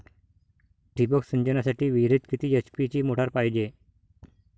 ठिबक सिंचनासाठी विहिरीत किती एच.पी ची मोटार पायजे?